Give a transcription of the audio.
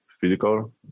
physical